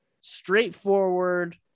straightforward